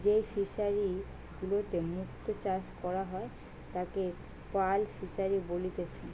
যেই ফিশারি গুলাতে মুক্ত চাষ করা হয় তাকে পার্ল ফিসারী বলেতিচ্ছে